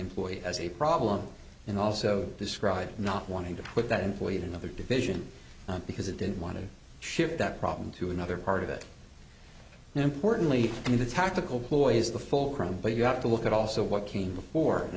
employee as a problem and also described not wanting to put that employee another division because it didn't want to shift that problem to another part of it importantly and the tactical ploys the fulcrum but you have to look at also what came before and